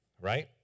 right